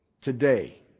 today